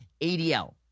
ADL